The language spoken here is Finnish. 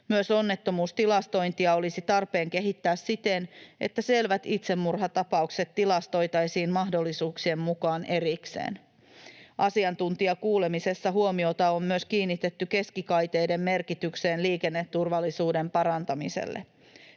Myös onnettomuustilastointia olisi tarpeen kehittää siten, että selvät itsemurhatapaukset tilastoitaisiin mahdollisuuksien mukaan erikseen. Asiantuntijakuulemisessa huomiota on myös kiinnitetty keskikaiteiden merkitykseen liikenneturvallisuuden parantamiselle.